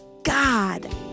God